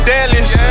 Dallas